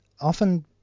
often